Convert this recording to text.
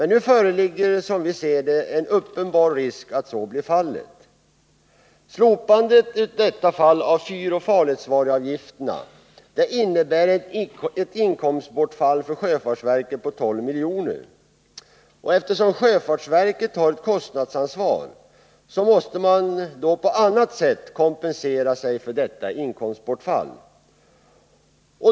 Nu föreligger, som vi ser det, en uppenbar risk att så blir fallet. Slopandet av fyroch farledsvaruavgifterna innebär ett inkomstbortfall för sjöfartsverket på 12 miljoner. Eftersom sjöfartsverket har ett kostnadsansvar, måste verket kompensera sig för detta inkomstbortfall.